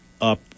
up